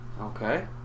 Okay